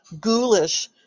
ghoulish